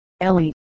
Ellie